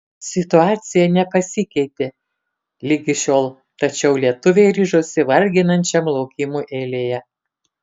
situacija nepasikeitė ligi šiol tačiau lietuviai ryžosi varginančiam laukimui eilėje